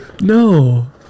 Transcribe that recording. No